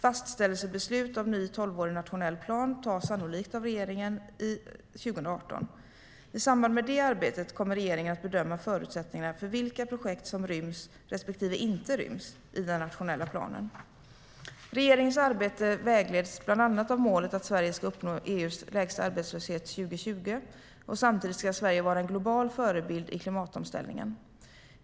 Fastställelsebeslut av en ny tolvårig nationell plan tas sannolikt av regeringen 2018. I samband med det arbetet kommer regeringen att bedöma förutsättningarna för vilka projekt som ryms respektive inte ryms i den nationella planen. Regeringens arbete vägleds bland annat av målet att Sverige ska uppnå EU:s lägsta arbetslöshet år 2020. Samtidigt ska Sverige vara en global förebild i klimatomställningen.